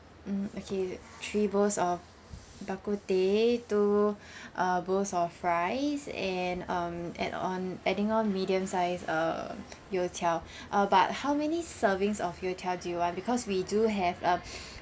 mm okay three bowls of bak kut teh two uh bowls of rice and um add on adding on medium size uh youtiao uh but how many servings of youtiao do you want because we do have uh